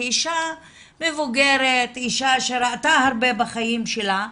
כאישה מבוגרת שראתה הרבה בחיים שלה,